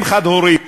אם חד-הורית